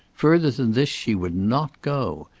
further than this she would not go.